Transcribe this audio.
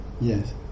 Yes